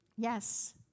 Yes